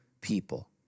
people